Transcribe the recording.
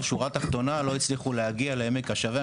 שורה תחתונה לא הצליחו להגיע לעמק השווה,